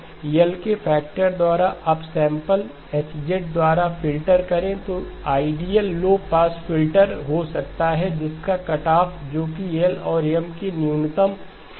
L के factor द्वारा upsample H द्वारा फ़िल्टर करें तो यह आइडियल लो पास फिल्टर हो सकता है जिसका कट ऑफ जो कि L और M की न्यूनतम है